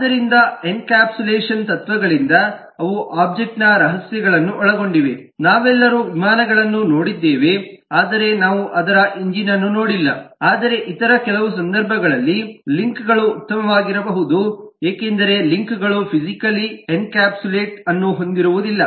ಆದ್ದರಿಂದ ಎನ್ಕ್ಯಾಪ್ಸುಲೇಷನ್ ತತ್ವಗಳಿಂದ ಅವು ಒಬ್ಜೆಕ್ಟ್ನ ರಹಸ್ಯಗಳನ್ನು ಒಳಗೊಂಡಿವೆ ನಾವೆಲ್ಲರೂ ವಿಮಾನಗಳನ್ನು ನೋಡಿದ್ದೇವೆ ಆದರೆ ನಾವು ಅದರ ಎಂಜಿನ್ ಅನ್ನು ನೋಡಿಲ್ಲ ಆದರೆ ಇತರ ಕೆಲವು ಸಂದರ್ಭಗಳಲ್ಲಿ ಲಿಂಕ್ಗಳು ಉತ್ತಮವಾಗಿರಬಹುದು ಏಕೆಂದರೆ ಲಿಂಕ್ಗಳು ಫಿಸಿಕಲಿ ಎನ್ಕ್ಯಾಪ್ಸುಲೇಟ್ ಅನ್ನು ಹೊಂದಿರುವುದಿಲ್ಲ